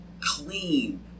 clean